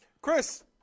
Chris